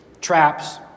traps